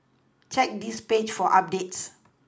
check this page for updates